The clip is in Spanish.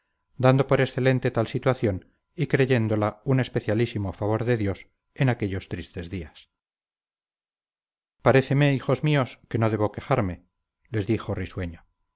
dando por excelente tal situación y creyéndola un especialísimo favor de dios en aquellos tristes días paréceme hijos míos que no debo quejarme les dijo risueño